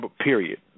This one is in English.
period